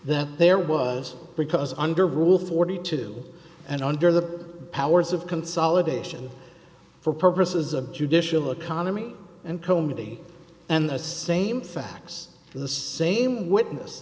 that there was because under rule forty two and under the powers of consolidation for purposes of judicial economy and comity and the same facts the same witness